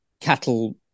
cattle